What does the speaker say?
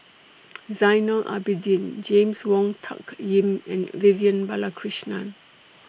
Zainal Abidin James Wong Tuck Yim and Vivian Balakrishnan